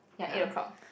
ya eight o-clock